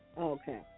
Okay